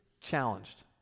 challenged